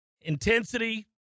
intensity